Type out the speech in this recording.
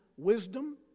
Wisdom